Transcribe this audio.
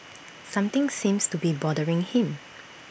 something seems to be bothering him